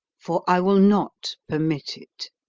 for i will not permit it.